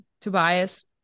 Tobias